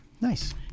Nice